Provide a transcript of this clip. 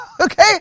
Okay